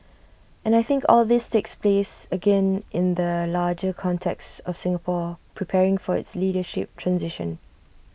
and I think all this takes place again in that larger context of Singapore preparing for its leadership transition